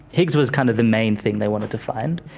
higgs was kind of the main thing they wanted to find.